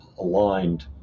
aligned